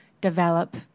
develop